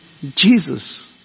Jesus